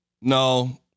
no